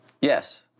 yes